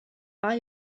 are